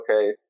okay